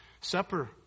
Supper